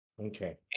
Okay